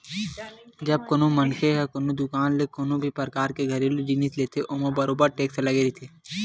जब कोनो मनखे ह कोनो दुकान ले कोनो भी परकार के घरेलू जिनिस लेथे ओमा बरोबर टेक्स लगे रहिथे